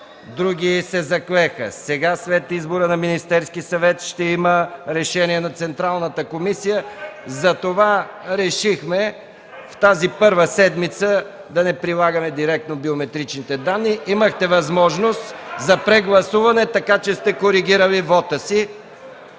други се заклеха. Сега, след избор на Министерския съвет, ще има решение на Централната избирателна комисия. Затова решихме в тази първа седмица да не прилагаме директно биометричните данни. Имахте възможност за прегласуване, така че сте коригирали вота си.